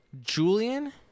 Julian